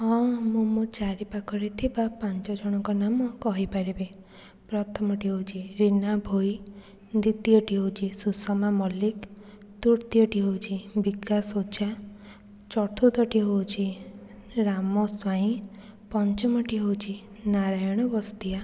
ହଁ ମୁଁ ମୋ ଚାରିପାଖରେ ଥିବା ପାଞ୍ଚଜଣଙ୍କ ନାମ କହିପାରିବି ପ୍ରଥମଟି ହେଉଛି ରୀନା ଭୋଇ ଦ୍ଵିତୀୟଟି ହେଉଛି ସୁଷମା ମଲ୍ଲିକ୍ ତୃତୀୟଟି ହେଉଛି ବିକାଶ୍ ଓଝା ଚତୁର୍ଥଟି ହେଉଛି ରାମ ସ୍ଵାଇଁ ପଞ୍ଚମଟି ହେଉଛି ନାରାୟଣ ବସ୍ତିଆ